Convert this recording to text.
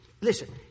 Listen